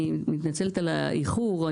אני מתנצלת על האיחור.